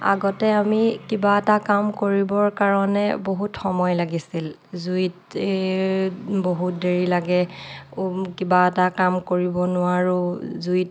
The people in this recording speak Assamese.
আগতে আমি কিবা এটা কাম কৰিবৰ কাৰণে বহুত সময় লাগিছিল জুইত ই বহুত দেৰি লাগে কিবা এটা কাম কৰিব নোৱাৰোঁ জুইত